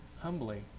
humbly